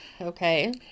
okay